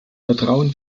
vertrauen